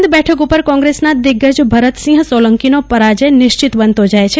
આણંદ બેઠક ઉપર કોંગ્રેસના દિગ્ગજ ભરતસિંહ સોલંકીનો પરાજય નિશ્ચિત બનતો જાય છે